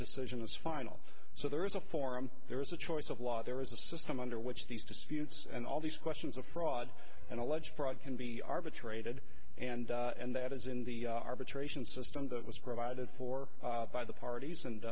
decision is final so there is a forum there is a choice of law there is a system under which these disputes and all these questions of fraud and alleged fraud can be arbitrated and and that is in the arbitration system that was provided for by the parties and